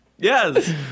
Yes